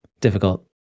difficult